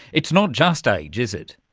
it's not just age, is it.